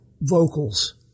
vocals